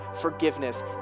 forgiveness